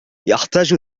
يحتاج